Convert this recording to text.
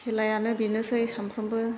खेलायानो बेनोसै सानफ्रोमबो